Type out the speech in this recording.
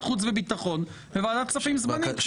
החוץ והביטחון ולוועדת כספים זמנית,